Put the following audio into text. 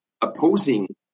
opposing